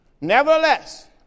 Nevertheless